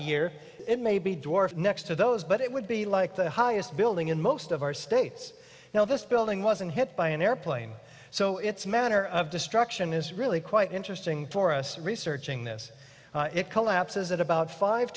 a year it may be dwarfed next to those but it would be like the highest building in most of our states now this building wasn't hit by an airplane so it's manner of destruction is really quite interesting for us researching this it collapses at about five